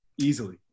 Easily